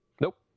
Nope